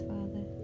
Father